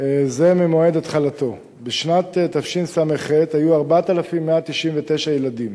זה ממועד התחלתו: בשנת תשס"ח היו 4,199 ילדים,